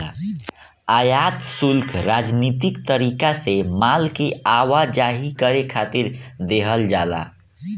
आयात शुल्क राजनीतिक तरीका से माल के आवाजाही करे खातिर देहल जाला